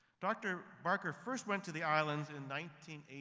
dr. barker first went to the islands in one